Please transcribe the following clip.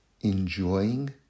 enjoying